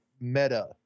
meta